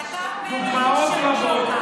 דוגמאות רבות,